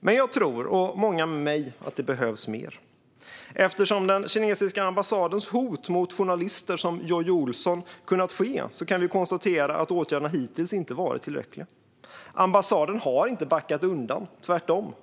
Men jag, och många med mig, tror att det behövs mer. Eftersom den kinesiska ambassadens hot mot journalister som Jojje Olsson kunnat ske kan vi konstatera att åtgärderna hittills inte varit tillräckliga. Ambassaden har inte backat undan, tvärtom.